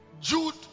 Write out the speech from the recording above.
Jude